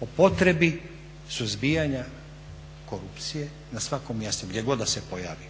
o potrebi suzbijanja korupcije na svakom mjestu, gdje god da se pojavi,